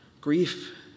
Grief